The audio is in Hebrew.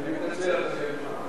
אני מתנצל, אדוני היושב-ראש.